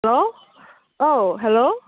हेल' औ हेल'